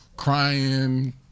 Crying